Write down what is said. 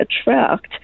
attract